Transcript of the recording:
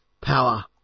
power